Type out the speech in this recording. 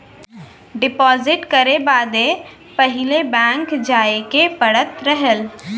deposit करे बदे पहिले बैंक जाए के पड़त रहल